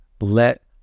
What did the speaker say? Let